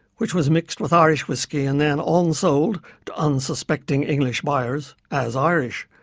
which was mixed with irish whiskey and then on-sold to unsuspecting english buyers as irish.